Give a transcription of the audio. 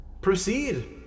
Proceed